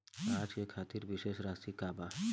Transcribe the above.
आज के खातिर शेष राशि का बा?